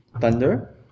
thunder